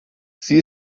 sie